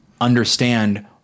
understand